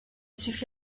suffi